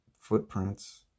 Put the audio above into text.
footprints